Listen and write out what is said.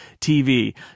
TV